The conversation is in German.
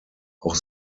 auch